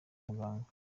muganga